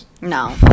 no